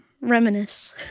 reminisce